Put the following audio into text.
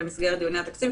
במסגרת דיוני התקציב,